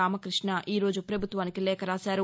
రామకృష్ణ ఈరోజు ప్రభుత్వానికి లేఖ రాశారు